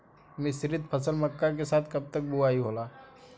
मिश्रित फसल मक्का के साथ कब तक बुआई होला?